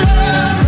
love